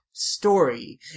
Story